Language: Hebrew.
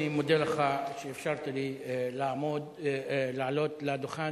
אני מודה לך על שאפשרת לי לעלות לדוכן,